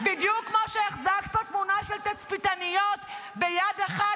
בדיוק כמו שהחזקת בתמונה של תצפיתניות ביד אחת